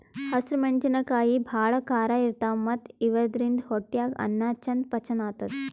ಹಸ್ರ್ ಮೆಣಸಿನಕಾಯಿ ಭಾಳ್ ಖಾರ ಇರ್ತವ್ ಮತ್ತ್ ಇವಾದ್ರಿನ್ದ ಹೊಟ್ಯಾಗ್ ಅನ್ನಾ ಚಂದ್ ಪಚನ್ ಆತದ್